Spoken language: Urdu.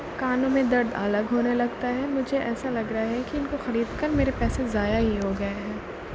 کانوں میں درد الگ ہونے لگتا ہے مجھے ایسا لگ رہا ہے کہ ان کو خرید کر میرے پیسے ضائع ہی ہو گئے ہیں